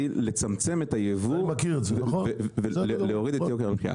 לצמצם את היבוא ולהוריד את יוקר המחיה,